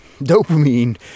dopamine